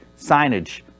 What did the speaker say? signage